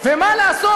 ומה לעשות,